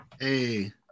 Hey